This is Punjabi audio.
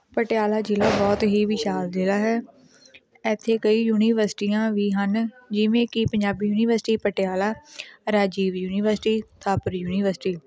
ਪਟਿਆਲਾ ਜ਼ਿਲ੍ਹਾ ਬਹੁਤ ਹੀ ਵਿਸ਼ਾਲ ਜ਼ਿਲ੍ਹਾ ਹੈ ਇੱਥੇ ਕਈ ਯੂਨੀਵਰਸਿਟੀਆਂ ਵੀ ਹਨ ਜਿਵੇਂ ਕਿ Punjabi university Patiala Rajiv university Thapar university